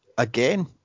again